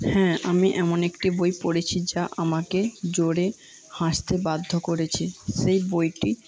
হ্যাঁ আমি এমন একটি বই পড়েছি যা আমাকে জোরে হাসতে বাধ্য করেছে সেই বইটি